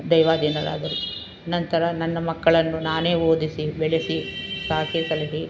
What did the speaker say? ದೈವಾಧೀನರಾದರು ನಂತರ ನನ್ನ ಮಕ್ಕಳನ್ನು ನಾನೇ ಓದಿಸಿ ಬೆಳೆಸಿ ಸಾಕಿ ಸಲಹಿ